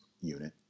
unit